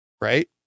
right